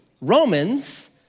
Romans